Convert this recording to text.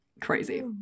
Crazy